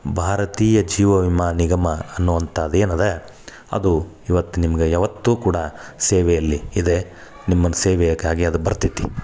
ಭಾರತೀಯ ಜೀವ ವಿಮಾ ನಿಗಮ ಅನ್ನುವಂಥದ್ದು ಏನು ಅದ ಅದು ಇವತ್ತು ನಿಮ್ಗೆ ಯಾವತ್ತೂ ಕೂಡ ಸೇವೆಯಲ್ಲಿ ಇದೆ ನಿಮ್ಮ ಸೇವೆಯಕ್ಕಾಗಿ ಅದು ಬರ್ತೈತಿ